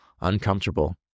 uncomfortable